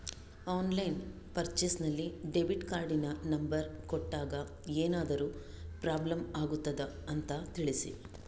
Online purchase ನಲ್ಲಿ debit ಕಾರ್ಡಿನ number ಕೊಟ್ಟಾಗ ಏನಾದರೂ ಪ್ರಾಬ್ಲಮ್ ಆಗುತ್ತದ ಅಂತ ತಿಳಿಸಿ?